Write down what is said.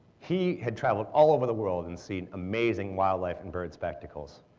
he had traveled all over the world and seen amazing wildlife and bird spectacles.